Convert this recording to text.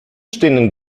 stehenden